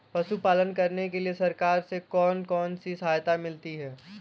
पशु पालन करने के लिए सरकार से कौन कौन सी सहायता मिलती है